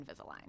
Invisalign